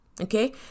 Okay